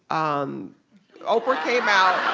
um oprah came out.